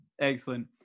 Excellent